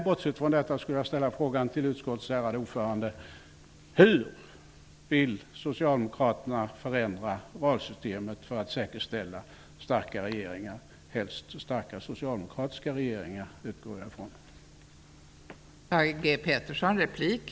Bortsett från det skulle jag vilja ställa en fråga till utskottets ärade ordförande: Hur vill Socialdemokraterna förändra valsystemet för att säkerställa starkare regeringar? Jag utgår ifrån att det främst gäller starka socialdemokratiska regeringar.